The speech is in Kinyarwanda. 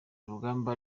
urugamba